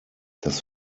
das